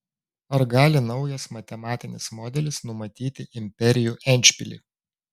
ar gali naujas matematinis modelis numatyti imperijų endšpilį